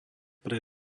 pre